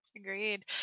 Agreed